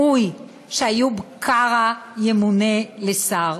ואני חושבת שבאמת ראוי שאיוב קרא ימונה לשר,